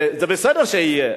זה בסדר שיהיה,